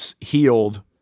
healed